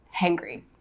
hangry